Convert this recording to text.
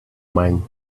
mine